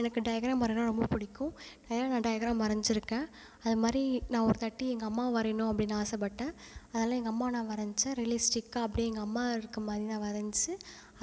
எனக்கு டையக்ராம் வரையனா ரொம்ப பிடிக்கும் ஏன்னா நான் டையக்ராம் வரஞ்சுருக்கேன் அதை மாதிரி நான் ஒரு தாட்டி எங்கள் அம்மாவை வரையணும் அப்படி நான் ஆசைப்பட்டேன் அதால எங்கள் அம்மா நான் வரைஞ்சேன் ரியலிஸ்ட்டிக்காக அப்டே எங்கள் அம்மா இருக்க மாதிரி நான் வரைஞ்சி